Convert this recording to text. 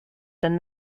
than